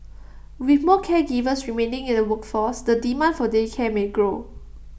with more caregivers remaining in the workforce the demand for day care may grow